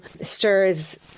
stirs